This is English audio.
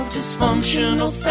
Dysfunctional